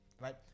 Right